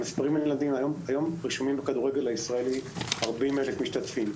היום רשומים בכדורגל הישראלי 40,000 משתתפים.